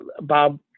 Bob